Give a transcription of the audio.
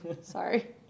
Sorry